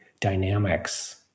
dynamics